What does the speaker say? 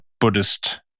Buddhist